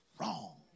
wrong